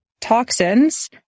toxins